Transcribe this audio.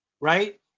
right